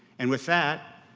and with that,